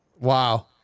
Wow